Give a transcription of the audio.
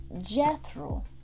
Jethro